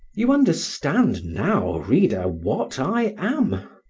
you understand now, reader, what i am,